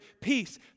peace